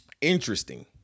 Interesting